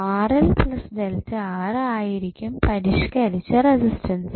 ആയിരിക്കും പരിഷ്കരിച്ച റെസിസ്റ്റൻസ്